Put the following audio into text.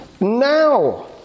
Now